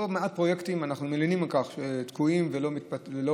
לא מעט פרויקטים אנחנו מלינים על כך שהם תקועים ולא מתקדמים,